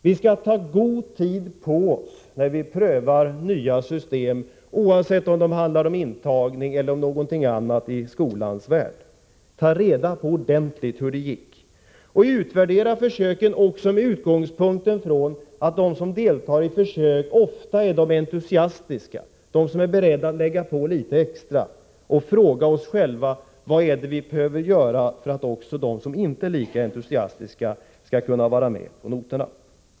Vi skall ta god tid på oss när vi prövar nya system, oavsett om de handlar om intagning eller någonting annat i skolans värld — ta reda på ordentligt hur det gick och då utvärdera försöken även med utgångspunkt från att de som deltar i försök ofta är de entusiastiska — de är beredda att lägga på litet extra. Vi bör fråga oss själva: Vad är det vi behöver göra för att också de som inte är lika entusiastiska skall kunna vara med på noterna?